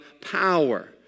power